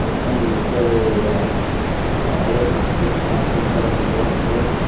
ah tony, is there a are there concentration camps being set up in europe today?